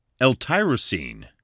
L-tyrosine